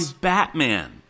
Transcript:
Batman